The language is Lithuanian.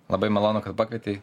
labai malonu kad pakvietei